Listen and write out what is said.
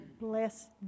bless